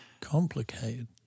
complicated